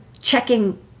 checking